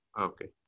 okay